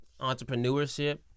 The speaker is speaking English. entrepreneurship